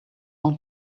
want